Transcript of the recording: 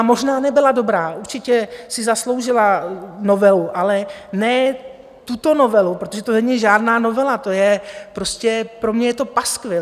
Možná nebyla dobrá, určitě si zasloužila novelu, ale ne tuto novelu, protože to není žádná novela, to je prostě pro mě paskvil.